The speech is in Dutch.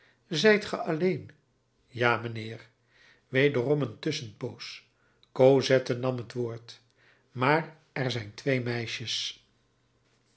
ge alleen ja mijnheer wederom een tusschenpoos cosette nam het woord maar er zijn twee meisjes